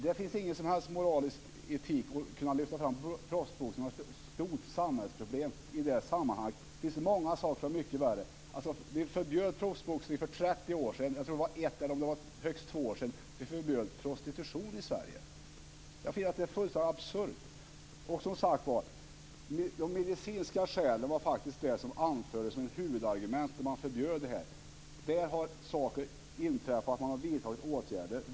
Det finns ingen som helst moralisk etik i att lyfta fram proffsboxning som ett stort samhällsproblem i det sammanhanget. Det finns många saker som är mycket värre. Vi förbjöd proffsboxning för 30 år sedan. Jag tror att det var ett eller högst två år sedan vi förbjöd prostitution i Sverige. Jag finner det fullständigt absurt. Som sagt var, de medicinska skälen var faktiskt de som anfördes som huvudargument när man förbjöd proffsboxningen. Där har saker inträffat. Man har vidtagit åtgärder.